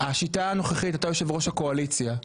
השיטה הנוכחית אתה יושב ראש הקואליציה,